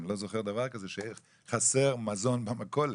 אני לא זוכר דבר כזה שחסר מזון במכולת.